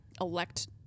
elect